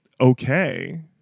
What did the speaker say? okay